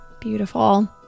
beautiful